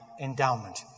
endowment